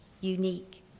unique